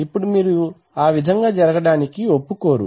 ఇప్పుడు మీరు ఆ విధంగా జరగడానికి ఒప్పుకోరు